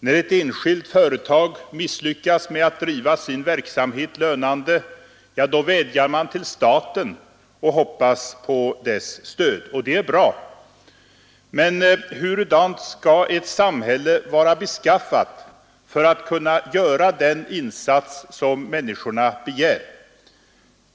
När ett enskilt företag misslyckas med att driva sin verksamhet lönande, vädjar man till staten och hoppas på dess stöd. Och det är bra. Men hurudant skall ett samhälle vara beskaffat för att kunna göra den insats som människorna begär?